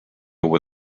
were